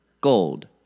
gold